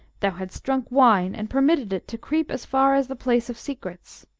thou hadst drunk wine and permitted it to creep as far as the place of secrets.